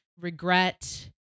regret